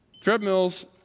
Treadmills